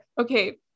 Okay